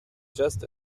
just